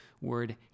word